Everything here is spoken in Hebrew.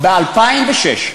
ב-2006.